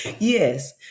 yes